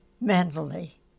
mentally